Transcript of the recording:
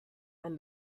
and